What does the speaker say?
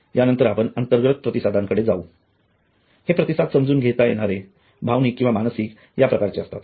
या नंतर आपण अंतर्गत प्रतिसादांकडे जावू हे प्रतिसाद समजून घेता येणारे भावनिक किंवा मानसिक या प्रकारचे असतात